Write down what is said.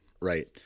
right